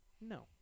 No